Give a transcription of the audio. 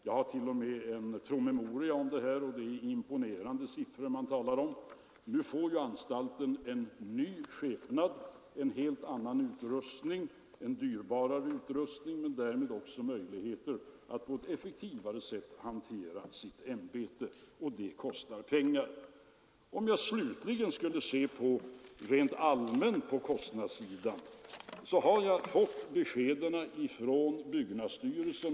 Jag har här en promemoria om det, och det är imponerande siffror som nämns. Nu får anstalten en ny skepnad, en helt annan och dyrbarare utrustning och därmed också möjligheter att på ett effektivare sätt hantera sitt ämbete. Det kostar pengar. Rent allmänt kan jag säga om kostnaderna att jag nu fått besked från byggnadsstyrelsen om lokalhyrorna.